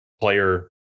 player